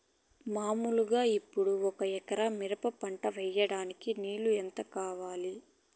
మామూలుగా ఇప్పుడు ఒక ఎకరా మిరప పంట వేయడానికి నీళ్లు ఎంత కావాలి?